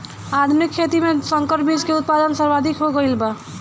आधुनिक खेती में संकर बीज के उत्पादन सर्वाधिक हो गईल बा